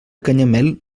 canyamel